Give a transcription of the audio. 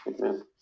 Amen